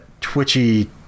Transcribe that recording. twitchy